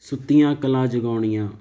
ਸੁੱਤੀਆਂ ਕਲਾ ਜਗਾਉਣੀਆਂ